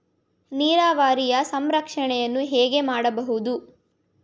ನೀರಾವರಿಯ ಸಂರಕ್ಷಣೆಯನ್ನು ಹೇಗೆ ಮಾಡಬಹುದು?